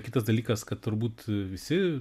kitas dalykas kad turbūt visi